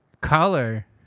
color